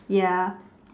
ya